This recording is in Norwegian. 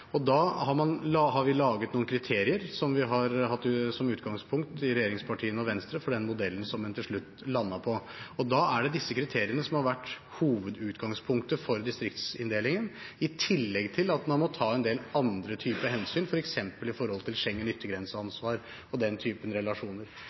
Da har vi laget noen kriterier som vi har hatt som utgangspunkt, i regjeringspartiene og i Venstre, for den modellen som en til slutt landet på. Og det er disse kriteriene som har vært hovedutgangspunktet for distriktsinndelingen – i tillegg til at man må ta en del andre typer hensyn, f.eks. i forhold til Schengen-yttergrense-ansvar og den typen relasjoner.